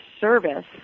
service